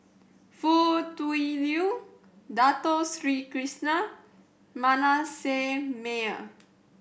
Foo Tui Liew Dato Sri Krishna Manasseh Meyer